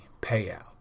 payout